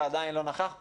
ועדיין לא נכח פה.